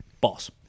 boss